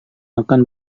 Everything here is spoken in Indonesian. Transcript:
akan